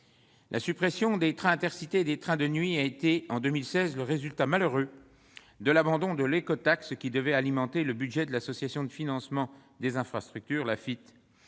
La suppression de trains Intercités et de trains de nuit a été, en 2016, le résultat malheureux de l'abandon de l'écotaxe, laquelle devait alimenter le budget de l'Agence de financement des infrastructures de